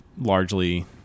largely